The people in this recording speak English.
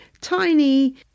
tiny